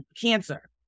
cancer